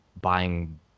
buying